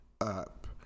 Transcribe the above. up